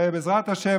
ובעזרת השם,